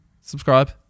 Subscribe